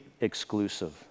exclusive